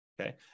Okay